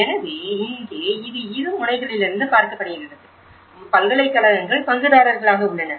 எனவே இங்கே இது இரு முனைகளிலிருந்தும் பார்க்கப்படுகிறது பல்கலைக்கழகங்கள் பங்குதாரர்களாக உள்ளன